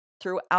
throughout